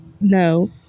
no